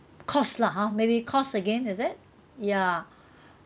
cost lah ha maybe cost again is it ya